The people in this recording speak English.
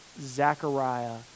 Zechariah